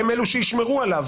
הם אלה שישמרו עליו